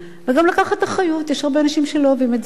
וגם לקחת אחריות, יש הרבה אנשים שלא אוהבים את זה.